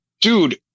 Dude